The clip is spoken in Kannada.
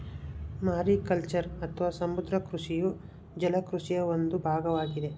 ಮಾರಿಕಲ್ಚರ್ ಅಥವಾ ಸಮುದ್ರ ಕೃಷಿಯು ಜಲ ಕೃಷಿಯ ಒಂದು ಭಾಗವಾಗಿದೆ